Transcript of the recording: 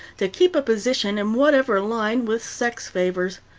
to keep a position in whatever line, with sex favors.